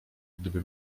gdyby